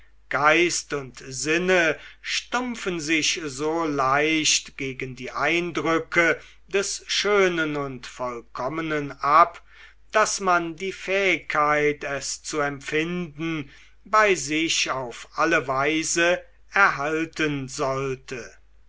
geist und sinne stumpfen sich so leicht gegen die eindrücke des schönen und vollkommnen ab daß man die fähigkeit es zu empfinden bei sich auf alle weise erhalten sollte